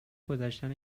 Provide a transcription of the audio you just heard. گذشتن